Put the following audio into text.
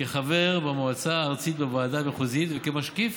כחבר במועצה הארצית ובוועדה המחוזית וכמשקיף